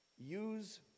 use